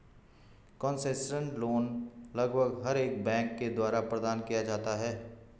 concessional loan लगभग हर एक बैंक के द्वारा प्रदान किया जाता है